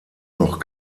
noch